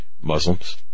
Muslims